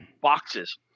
boxes